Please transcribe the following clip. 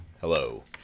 Hello